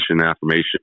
affirmation